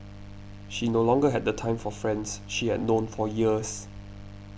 she no longer had the time for friends she had known for years